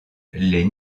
les